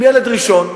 עם ילד ראשון.